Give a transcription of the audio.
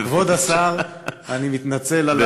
כבוד השר, אני מתנצל על